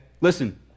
Listen